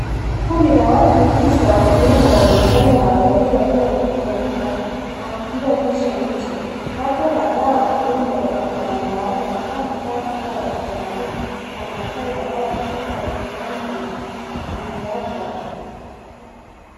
Kundi la watu tisa wakiwemo wamaasai na watalii wakiwa wamekusanyika na kupiga picha nje. Wako kadhaa wakiwemo wanaume na wanawake. Wamevaa mavazi ya kitamaduni ya maasai ambayo ni shuka lenye rangi nyekundu na miraba.